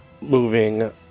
moving